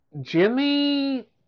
Jimmy